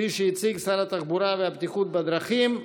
כפי שהציג אותה שר התחבורה והבטיחות בדרכים.